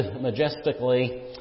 majestically